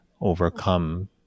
overcome